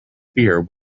beer